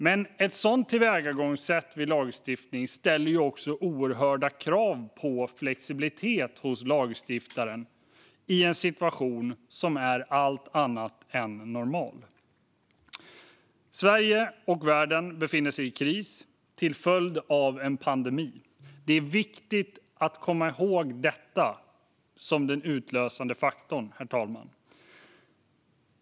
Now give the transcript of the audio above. Men ett sådant tillvägagångssätt vid lagstiftning ställer också oerhörda krav på flexibilitet hos lagstiftaren i en situation som är allt annat än normal. Sverige och världen befinner sig i kris till följd av en pandemi. Det är viktigt att komma ihåg att det är den utlösande faktorn, herr talman.